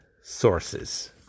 sources